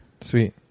sweet